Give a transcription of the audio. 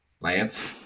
Lance